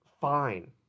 fine